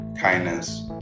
Kindness